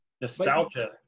Nostalgia